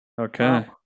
okay